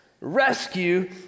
rescue